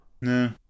No